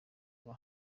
kuba